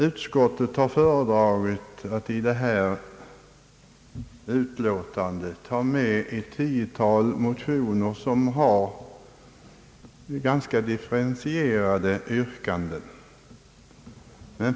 Utskottet har föredragit att i detta utlåtande ta upp till behandling ett tiotal motioner med ganska differentierade yrkanden.